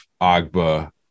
Agba